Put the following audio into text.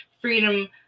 freedom